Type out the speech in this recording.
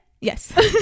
yes